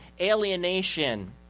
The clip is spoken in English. alienation